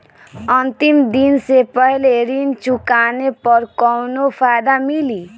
अंतिम दिन से पहले ऋण चुकाने पर कौनो फायदा मिली?